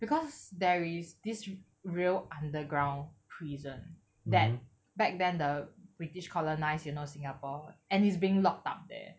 because there is this real underground prison that back then the british colonise you know singapore and he's being locked up there